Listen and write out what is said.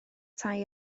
tai